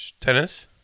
Tennis